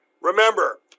Remember